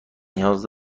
نیاز